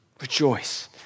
rejoice